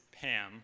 Pam